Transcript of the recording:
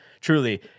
truly